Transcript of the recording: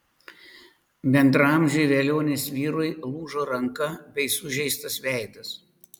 bendraamžiui velionės vyrui lūžo ranka bei sužeistas veidas